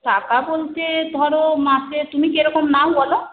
টাকা বলতে ধরো মাসে তুমি কিরকম নাও বলো